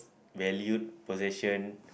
valued possession